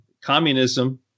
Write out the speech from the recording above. communism